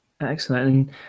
excellent